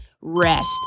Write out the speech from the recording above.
Rest